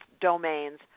domains